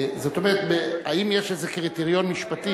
זאת אומרת, האם יש איזה קריטריון משפטי?